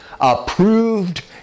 approved